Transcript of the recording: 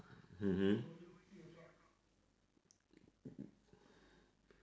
mmhmm